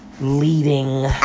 Leading